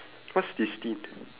what's destined